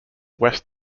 west